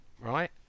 right